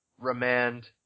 Remand